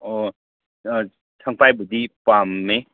ꯑꯣ ꯁꯪꯕꯥꯏꯕꯨꯗꯤ ꯄꯥꯝꯃꯦ